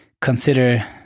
consider